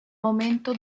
momento